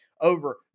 over